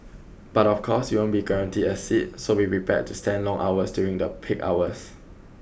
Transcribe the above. but of course you won't be guaranteed a seat so be prepared to stand long hours during the peak hours